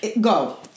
go